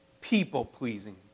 people-pleasing